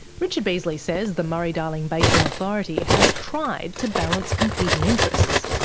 richard beasley says the murray-darling basin authority has tried to balance competing interests,